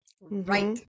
Right